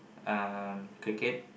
um cricket